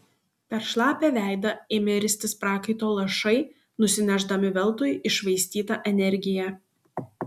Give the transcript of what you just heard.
per šlapią veidą ėmė ristis prakaito lašai nusinešdami veltui iššvaistytą energiją